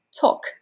Talk